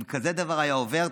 אם כזה דבר היה עובר,